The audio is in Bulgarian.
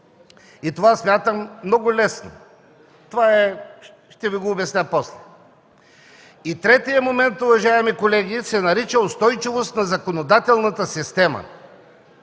И това смятам е много лесно. (Шум и реплики.) Това ще Ви го обясня после. И третият момент, уважаеми колеги, се нарича „устойчивост на законодателната система”.